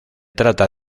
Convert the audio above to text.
trata